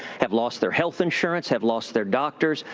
have lost their health insurance, have lost their doctors,